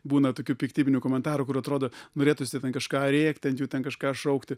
būna tokių piktybinių komentarų kur atrodo norėtųsi ten kažką rėkti ant jų ten kažką šaukti